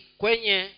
kwenye